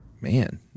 Man